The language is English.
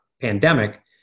pandemic